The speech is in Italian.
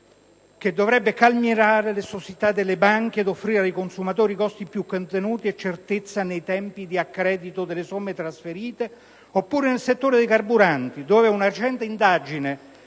che dovrebbe calmierare l'esosità delle banche ed offrire ai consumatori costi più contenuti e certezza nei tempi di accredito delle somme trasferite, oppure nel settore dei carburanti. In quest'ultimo una recente indagine